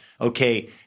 okay